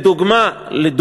400 מועמדים.